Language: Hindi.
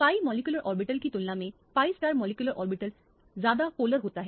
pi मॉलिक्यूलर ऑर्बिटल की तुलना में pi मॉलिक्यूलर ऑर्बिटल ज्यादा पोलर होता है